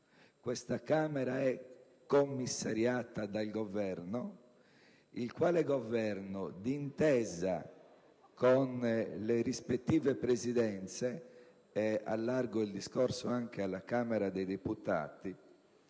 del Parlamento è commissariato dal Governo, il quale, di intesa con le rispettive Presidenze - e allargo il discorso anche alla Camera dei deputati